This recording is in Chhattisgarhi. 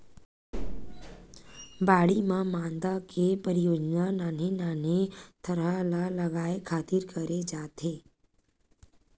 बाड़ी म मांदा के परियोग नान्हे नान्हे थरहा ल लगाय खातिर करे जाथे